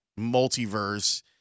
multiverse